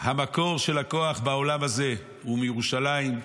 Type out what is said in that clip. המקור של הכוח בעולם הזה הוא מירושלים,